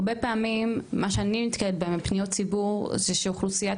הרבה פעמים במה שאני נתקלת אלו פניות ציבור של אוכלוסיית